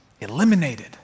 eliminated